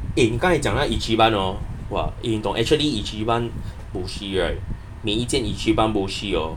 eh 你刚才讲那 ichiban hor !wah! eh 你懂 actually ichiban boshi right 每一间 ichiban boshi hor